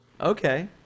Okay